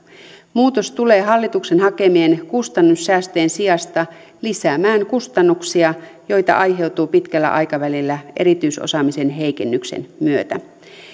muutos tulee hallituksen hakemien kustannussäästöjen sijasta lisäämään kustannuksia joita aiheutuu pitkällä aikavälillä erityisosaamisen heikennyksen myötä